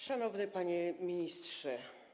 Szanowny Panie Ministrze!